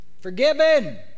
forgiven